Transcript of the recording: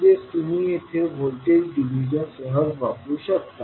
म्हणजे तुम्ही येथे व्होल्टेज डिव्हिजन सहज वापरु शकता